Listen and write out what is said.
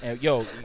Yo